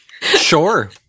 Sure